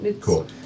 Cool